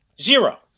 Zero